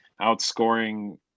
outscoring